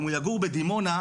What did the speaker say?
אם הוא יגור בדימונה,